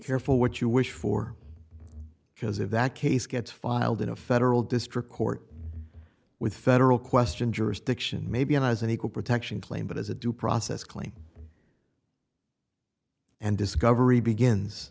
careful what you wish for because if that case gets filed in a federal district court with federal question jurisdiction maybe an eis an equal protection claim but as a due process claim and discovery begins